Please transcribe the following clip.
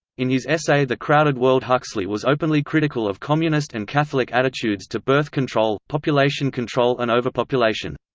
in his essay the crowded world huxley was openly critical of communist and catholic attitudes to birth control, population control and overpopulation.